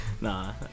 nah